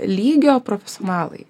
lygio profesionalai